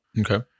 Okay